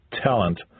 talent